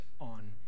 on